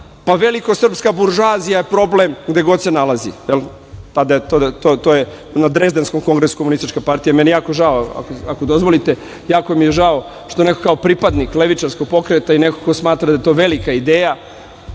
pa veliko srpska buržoazija je problem gde god se nalazi. To je na Drezdenskom kongresu Komunističke partije, meni je jako žao, ako dozvolite, što neko kao pripadnik levičarskog pokreta i neko ko smatra da je to velika ideja,